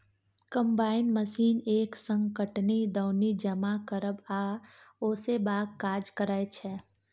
combine machine एक संग कटनी, दौनी, जमा करब आ ओसेबाक काज करय छै